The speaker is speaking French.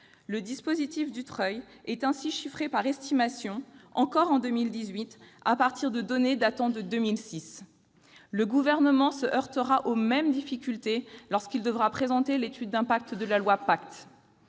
du dispositif Dutreil est ainsi estimé, encore en 2018, à partir de données datant de 2006 ! Le Gouvernement se heurtera aux mêmes difficultés lorsqu'il devra présenter l'étude d'impact du projet